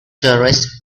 tourists